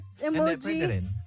emoji